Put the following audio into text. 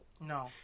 No